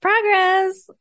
progress